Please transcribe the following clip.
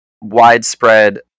widespread